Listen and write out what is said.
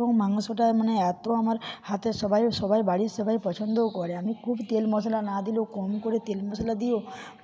এবং মাংসটা মানে এত আমার হাতে সবাইয়ের সবাই বাড়ির সবাই পছন্দও করে আমি খুব তেল মশলা না দিলেও কম করে তেল মশলা দিয়েও